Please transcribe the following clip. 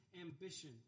ambition